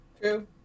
true